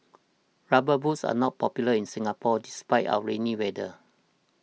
rubber boots are not popular in Singapore despite our rainy weather